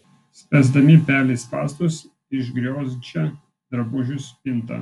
spęsdami pelei spąstus išgriozdžia drabužių spintą